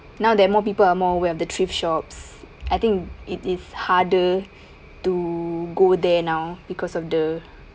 now that more people are more aware of the thrift shops I think it is harder to go there now because of the